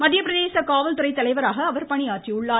மத்திய பிரதேச காவல்துறை தலைவராக அவர் பணியாற்றியுள்ளார்